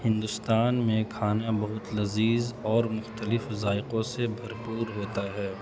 ہندوستان میں کھانا بہت لذیذ اور مختلف ذائقوں سے بھرپور ہوتا ہے